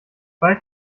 bald